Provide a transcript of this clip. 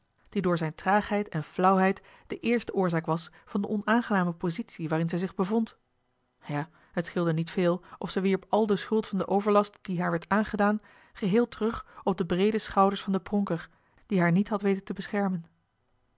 die door zijne traagheid en flauwheid de eerste oorzaak was van de onaangename positie waarin zij zich bevond ja het scheelde niet veel of zij wierp al de schuld van den overlast dien haar werd aangedaan geheel terug op de breede schouders van den pronker die haar niet had weten te beschermen